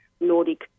Nordic